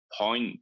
point